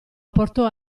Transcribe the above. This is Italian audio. portò